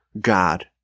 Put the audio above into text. God